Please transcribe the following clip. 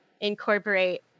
incorporate